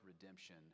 redemption